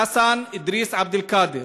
חסן אדריס עבד אל-קאדר